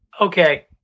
Okay